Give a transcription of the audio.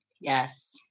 Yes